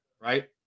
right